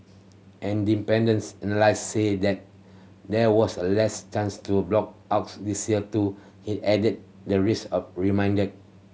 an dependence analyst said that there was a less chance to blackouts this year though he added the risk of remained